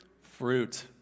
Fruit